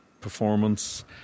performance